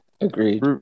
Agreed